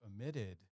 omitted